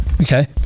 Okay